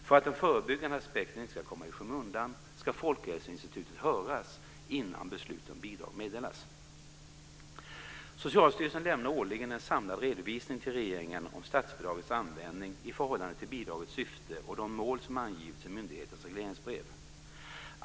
För att den förebyggande aspekten inte ska komma i skymundan ska Folkhälsoinstitutet höras innan beslut om bidrag meddelas. Socialstyrelsen lämnar årligen en samlad redovisning till regeringen om statsbidragets användning i förhållande till bidragets syfte och de mål som angivits i myndighetens regleringsbrev.